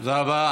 תודה רבה.